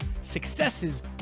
successes